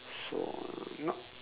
so uh not